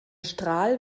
strahl